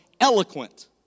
eloquent